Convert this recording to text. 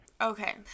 Okay